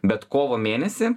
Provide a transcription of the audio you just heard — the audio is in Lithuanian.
bet kovo mėnesį